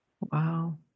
Wow